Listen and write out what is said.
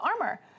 armor